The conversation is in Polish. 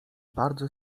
bardzo